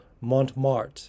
Montmartre